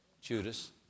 Judas